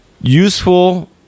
useful